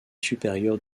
supérieure